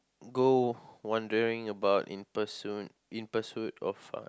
go wondering about in pursuit in pursuit of uh